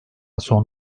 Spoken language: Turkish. son